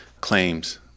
claims